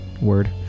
word